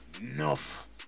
enough